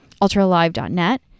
ultralive.net